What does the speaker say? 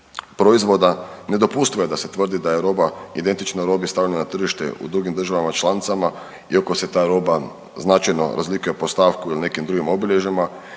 proizvoda. Nedopustivo je da se tvrdi da je roba identično robi stavljenoj na tržište u drugim državama članicama iako se ta roba značajno razlikuje po stavku ili nekim drugim obilježjima